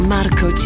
Marco